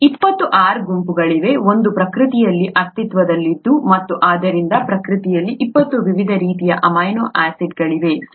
ಇಪ್ಪತ್ತು R ಗುಂಪುಗಳಿವೆ ಅದು ಪ್ರಕೃತಿಯಲ್ಲಿ ಅಸ್ತಿತ್ವದಲ್ಲಿದೆ ಮತ್ತು ಆದ್ದರಿಂದ ಪ್ರಕೃತಿಯಲ್ಲಿ 20 ವಿವಿಧ ರೀತಿಯ ಅಮೈನೋ ಆಸಿಡ್ಗಳಿವೆ ಸರಿ